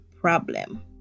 problem